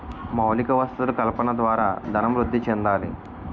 మౌలిక వసతులు కల్పన ద్వారా ధనం వృద్ధి చెందాలి